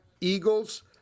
Eagles